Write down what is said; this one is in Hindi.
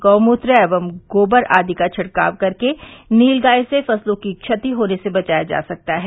गोमूत्र एवं गोबर आदि का छिड़काव करके नीलगाय से फसलों को क्षति होने से बचाया जा सकता है